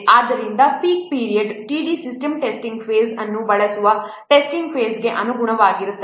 ಆದ್ದರಿಂದ ಈ peak period T D system testing phase ಅನ್ನು ಬಳಸುವ ಟೆಸ್ಟಿಂಗ್ ಫೇಸ್ಗೆ ಅನುಗುಣವಾಗಿರುತ್ತದೆ